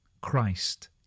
Christ